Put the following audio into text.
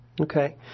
Okay